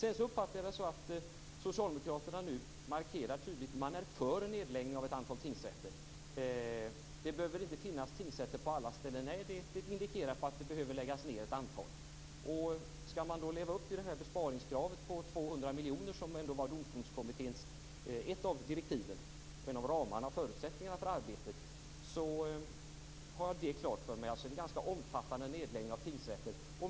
Jag uppfattade det så att Socialdemokraterna nu markerar tydligt att man är för en nedläggning av ett antal tingsrätter. Det behöver inte finnas tingsrätter på alla ställen, säger Ann-Marie Fagerström. Nej, det indikerar att det behöver läggas ned ett antal. Skall man då leva upp till besparingskravet på 200 miljoner, som var en av förutsättningarna för Domstolskommitténs arbete, har jag det klart för mig. Det är alltså en ganska omfattande nedläggning av tingsrätter.